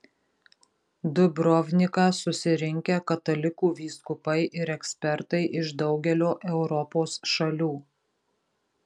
dubrovniką susirinkę katalikų vyskupai ir ekspertai iš daugelio europos šalių